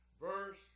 verse